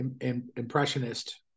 impressionist